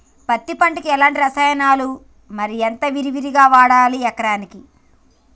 పత్తి పంటకు ఎలాంటి రసాయనాలు మరి ఎంత విరివిగా వాడాలి ఎకరాకి?